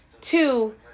two